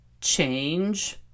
change